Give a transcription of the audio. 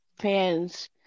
fans